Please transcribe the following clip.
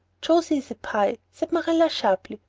josie is a pye, said marilla sharply,